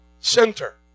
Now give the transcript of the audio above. center